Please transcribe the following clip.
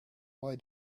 why